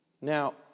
Now